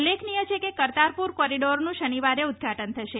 ઉલ્લેખનીય છે કે કરતારપુર કોરિડોરનું શનિવારે ઉદઘાટન થશે